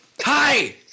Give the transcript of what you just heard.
Hi